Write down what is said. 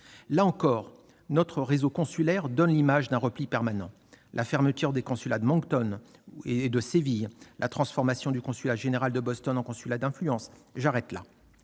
Là encore, notre réseau consulaire donne l'image d'un repli permanent : la fermeture des consulats de Moncton et de Séville, la transformation du consulat général de Boston en consulat d'influence, etc. J'arrête là